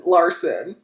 Larson